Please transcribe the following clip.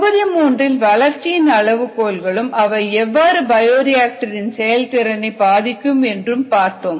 தொகுதி மூன்றில் வளர்ச்சியின் அளவுகோல்களும் அவை எவ்வாறு பயோரிஆக்டர் இன் செயல்திறனை பாதிக்கும் என்றும் பார்த்தோம்